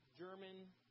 German